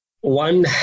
One